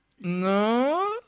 No